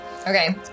Okay